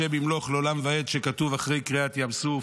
השם "ימלוך לעולם ועד", ככתוב אחרי קריעת ים סוף.